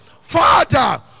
Father